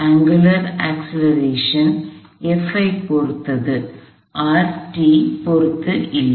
எனவே அங்குலார் முடுக்கம் F ஐப் பொறுத்தது பொறுத்து இல்லை